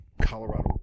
Colorado